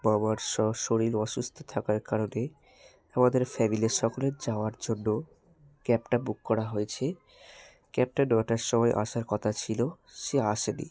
মামার শরীল অসুস্থ থাকার কারণে আমাদের ফ্যামিলির সকলের যাওয়ার জন্য ক্যাবটা বুক করা হয়েছে ক্যাবটা নটার সময় আসার কথা ছিলো সে আসে নি